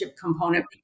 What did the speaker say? component